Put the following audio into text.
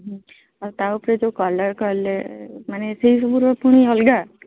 ଆଉ ତା ଉପରେ ଯେଉଁ କଲର୍ କଲେ ମାନେ ସେଇ ସବୁର ପୁଣି ଅଲଗା